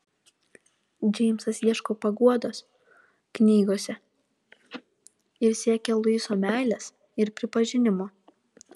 džeimsas ieško paguodos knygose ir siekia luiso meilės ir pripažinimo